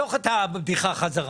תמשוך את הבדיחה בחזרה.